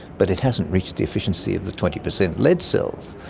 but it hasn't reached the efficiency of the twenty percent lead cells.